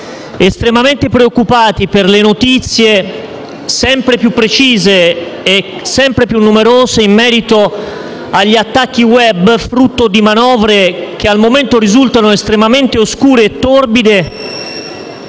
estremamente preoccupati per le notizie, sempre più precise e sempre più numerose, in merito agli attacchi *web*, frutto di manovre che al momento risultano estremamente oscure e torbide,